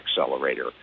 accelerator